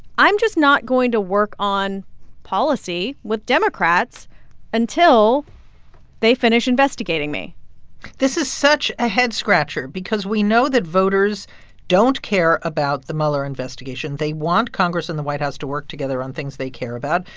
i'm just not going to work on policy with democrats until they finish investigating me this is such a head-scratcher because we know that voters don't care about the mueller investigation. they want congress and the white house to work together on things they care about.